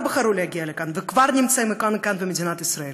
בחרו להגיע לכאן וכבר נמצאים במדינת ישראל.